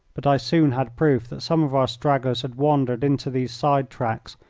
but i soon had proof that some of our stragglers had wandered into these side tracks,